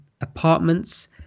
apartments